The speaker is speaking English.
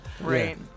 Right